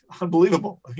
unbelievable